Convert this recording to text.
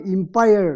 Empire